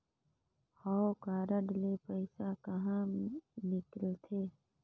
हव कारड ले पइसा कहा निकलथे?